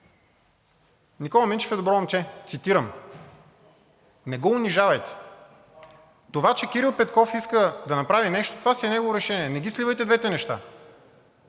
„Никола Минчев е добро момче, не го унижавайте! Това, че Кирил Петков иска да направи нещо, това си е негово решение. Не ги сливайте двете неща.“